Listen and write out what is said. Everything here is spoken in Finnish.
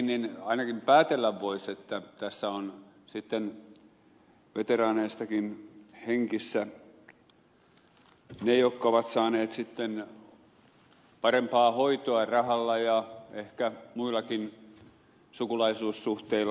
kuitenkin ainakin päätellä voisi että tässä ovat sitten veteraaneistakin hengissä ne jotka ovat saaneet sitten parempaa hoitoa rahalla ja ehkä muillakin sukulaisuussuhteilla